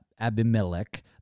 Abimelech